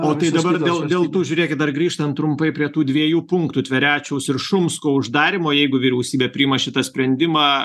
o tai dabar gal dėl to žiūrėk dar grįžtant trumpai prie tų dviejų punktų tverečiaus ir šumsko uždarymo jeigu vyriausybė priima šitą sprendimą